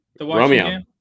Romeo